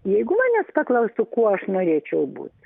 jeigu manęs paklaustų kuo aš norėčiau būti